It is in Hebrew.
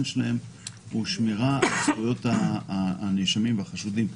שלהם הוא שמירה על זכויות חשודים ונאשמים,